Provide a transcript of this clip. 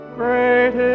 great